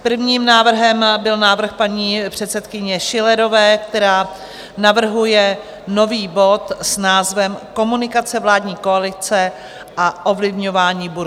Prvním návrhem byl návrh paní předsedkyně Schillerové, která navrhuje nový bod s názvem Komunikace vládní koalice a ovlivňování burzy.